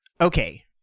Okay